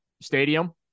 stadium